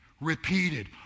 repeated